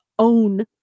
own